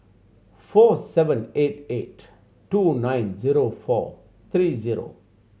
four seven eight eight two nine zero four three zero